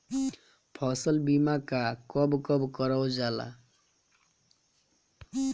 फसल बीमा का कब कब करव जाला?